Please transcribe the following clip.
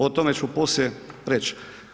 O tome ću poslije reći.